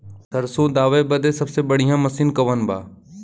सरसों दावे बदे सबसे बढ़ियां मसिन कवन बा?